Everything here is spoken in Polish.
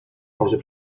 może